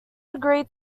agreed